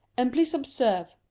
and please observe,